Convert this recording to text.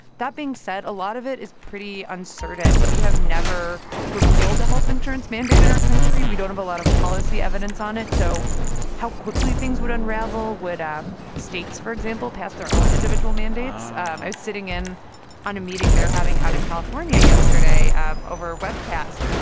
that being said, a lot of it is pretty uncertain. we have never repealed a health insurance mandate in our country. we don't have a lot of policy evidence on it. so how quickly things would unravel? would um states, for example, pass their own individual mandates? oh i was sitting in on a meeting they're having out in california yesterday um over webcast.